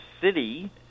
City